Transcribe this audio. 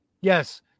yes